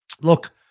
look